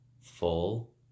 full